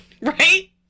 Right